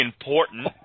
important